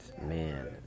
man